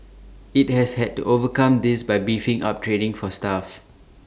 IT has had to overcome this by beefing up training for staff